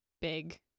big